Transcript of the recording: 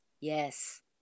Yes